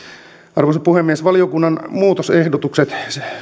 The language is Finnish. arvoisa puhemies valiokunnan muutosehdotukset